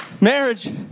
Marriage